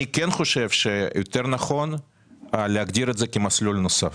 אני כן חושב שיותר נכון יהיה להגדיר את זה כמסלול נוסף,